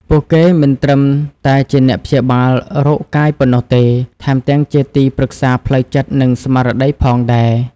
ពួកគេមិនត្រឹមតែជាអ្នកព្យាបាលរោគកាយប៉ុណ្ណោះទេ ថែមទាំងជាទីប្រឹក្សាផ្លូវចិត្ត និងស្មារតីផងដែរ។